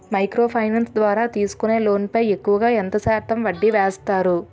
Micro finance ద్వారా తీసుకునే loan పై ఎక్కువుగా ఎంత శాతం వడ్డీ వేస్తారు?